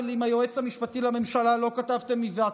אבל עם היועץ המשפטי לממשלה לא כתבתם היוועצות,